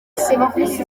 serivisi